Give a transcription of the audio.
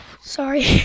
sorry